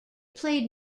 played